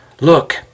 Look